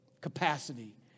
Capacity